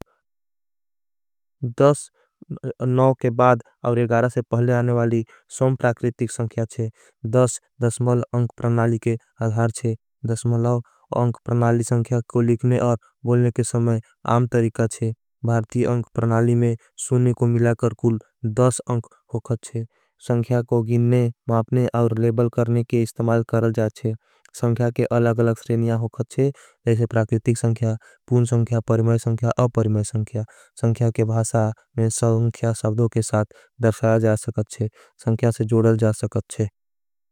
के बाद और से पहले आने वाली सम्प्राक्रितिक संख्या छे। दस्मल अंख प्रणाली के अधार छे दस्मल अंख प्रणाली संख्या। को लिखने और बोलने के समय आम तरीका छे भारती। अंख प्रणाली में सूने को मिलाकर कुल अंख होखत छे संख्या। को गिनने मापने और लेबल करने के इस्तमाल करल जा छे। संख्या के अलग अलग स्रेनिया होखत छे लैसे प्राक्रितिक। संख्या पून संख्या परिमार संख्या और परिमार संख्या। संख्या के भासा में संख्या सवदों के साथ दर्शाया जा। सकत छे संख्या से जोड़ल जा सकत छे।